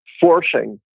forcing